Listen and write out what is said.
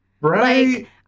right